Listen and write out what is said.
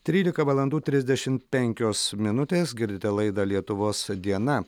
trylika valandų trisdešimt penkios minutės girdite laidą lietuvos diena